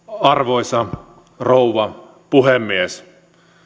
arvoisa rouva puhemies